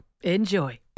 Enjoy